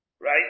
right